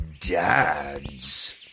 dads